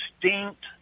distinct